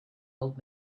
old